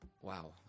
Wow